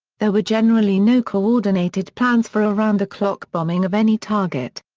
there were generally no coordinated plans for around-the-clock bombing of any target.